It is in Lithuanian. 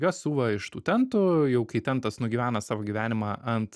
juos siuva iš tų tentų jau kai tentas nugyvena savo gyvenimą ant